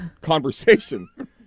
conversation